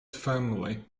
firmly